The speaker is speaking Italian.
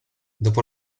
dopo